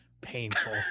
painful